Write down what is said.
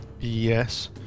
Yes